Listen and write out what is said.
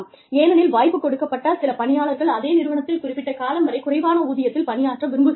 ஏனெனில் வாய்ப்பு கொடுக்கப்பட்டால் சில பணியாளர்கள் அதே நிறுவனத்தில் குறிப்பிட்ட காலம் வரை குறைவான ஊதியத்தில் பணியாற்ற விரும்புகிறார்கள்